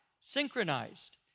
synchronized